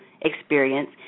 experience